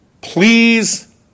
please